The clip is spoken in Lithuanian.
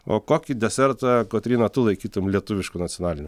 o kokį desertą kotryna tu laikytum lietuvišku nacionaliniu